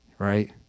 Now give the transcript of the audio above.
Right